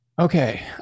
Okay